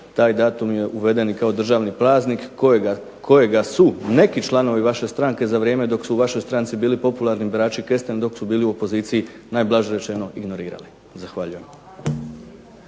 taj datum je uveden i kao državni praznik kojega su neki članovi vaše stranke, za vrijeme dok su u vašoj stranci bili popularni ... dok su bili u poziciji najblaže rečeno ignorirali. Zahvaljujem.